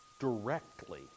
Directly